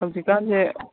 ꯍꯧꯖꯤꯛ ꯀꯥꯟꯁꯦ